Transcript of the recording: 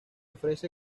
ofrece